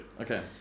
Okay